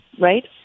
right